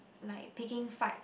like picking fight~